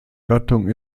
gattung